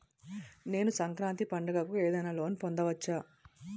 నేను సంక్రాంతి పండగ కు ఏదైనా లోన్ పొందవచ్చా?